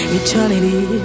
eternity